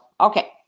Okay